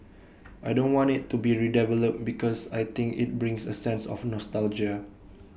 I don't want IT to be redeveloped because I think IT brings A sense of nostalgia